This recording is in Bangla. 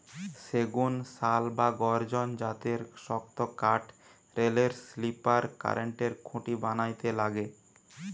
সেগুন, শাল বা গর্জন জাতের শক্তকাঠ রেলের স্লিপার, কারেন্টের খুঁটি বানাইতে লাগে